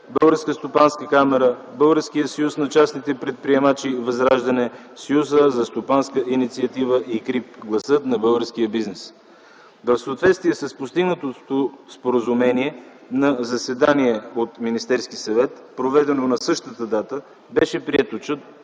Българската стопанска камара, Българския съюз на частните предприемачи „Възраждане”, Съюза за стопанска инициатива на гражданите, КРИБ - гласа на българския бизнес. В съответствие с постигнатото споразумение на заседание на Министерския съвет, проведено на същата дата, беше прието, че